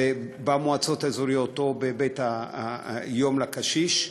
זה במועצות האזוריות, היא במרכז-היום לקשיש,